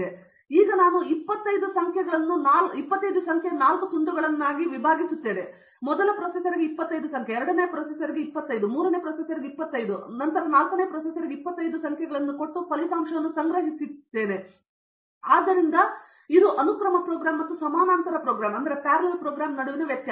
ಈಗ ನಾನು 25 ಸಂಖ್ಯೆಯ 4 ತುಂಡುಗಳನ್ನು ತೆಗೆದುಕೊಳ್ಳಲು ಹೇಳಬೇಕು ಮೊದಲ ಪ್ರೊಸೆಸರ್ 25 ಅನ್ನು ಸೇರಿಸಿ ಎರಡನೆಯ ಪ್ರೊಸೆಸರ್ 25 ಅನ್ನು ಸೇರಿಸಿ ಮೂರನೇ ಪ್ರೊಸೆಸರ್ 25 ಅನ್ನು ಸೇರಿಸಿ ನಂತರ ಫಲಿತಾಂಶವನ್ನು ಸಂಗ್ರಹಿಸಿ ಉತ್ತರವನ್ನು ನೀಡಿ ಆದ್ದರಿಂದ ಅನುಕ್ರಮ ಪ್ರೋಗ್ರಾಂ ಮತ್ತು ಸಮಾನಾಂತರ ಪ್ರೋಗ್ರಾಂ ನಡುವಿನ ವ್ಯತ್ಯಾಸ